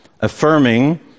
affirming